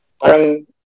Parang